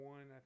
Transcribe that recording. One